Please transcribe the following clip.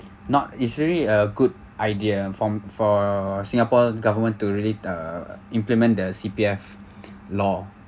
not usually a good idea from for singapore government to really uh implement the C_P_F law